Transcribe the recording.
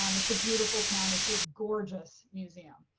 um it's a beautiful town. it's a gorgeous museum.